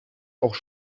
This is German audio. auch